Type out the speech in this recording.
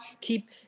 Keep